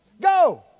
go